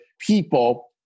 people